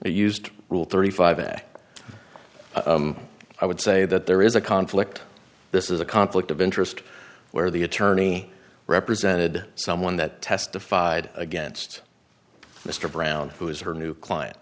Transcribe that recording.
they used rule thirty five act i would say that there is a conflict this is a conflict of interest where the attorney represented someone that testified against mr brown who is her new client